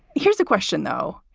here's the question, though,